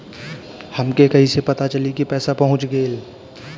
हमके कईसे पता चली कि पैसा पहुच गेल?